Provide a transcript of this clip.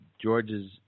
George's